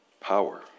power